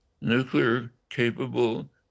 nuclear-capable